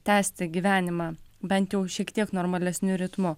tęsti gyvenimą bent jau šiek tiek normalesniu ritmu